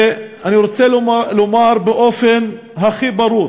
ואני רוצה לומר באופן הכי ברור